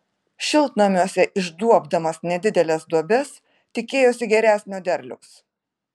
šiltnamiuose išduobdamas nedideles duobes tikėjosi geresnio derliaus